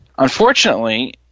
Unfortunately